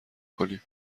کنیم